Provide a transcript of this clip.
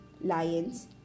Lions